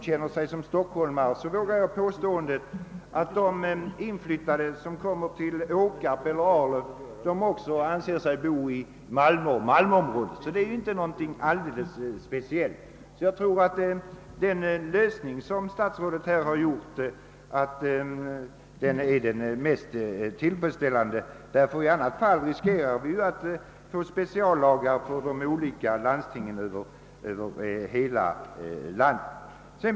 känner sig som stockholmare, är detta samma företeelse som man kan notera i Skåne. De som kommer till åkarp eller Arlöv anser sig bo i Malmö och malmöområdet. Detta är inte något alldeles speciellt för Stockholm. Jag tror att den lösning som statsrådet här har kommit fram till är den mest tillfredsställande. I annat fall riskerar vi att få speciallagar för de olika landstingen över hela landet.